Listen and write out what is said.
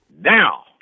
Now